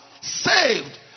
saved